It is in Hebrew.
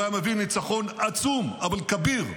הוא היה מביא ניצחון עצום, אבל כביר,